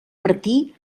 martí